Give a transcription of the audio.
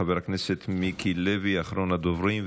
חבר הכנסת מיקי לוי, אחרון הדוברים.